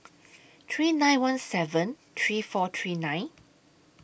three nine one seven three four three nine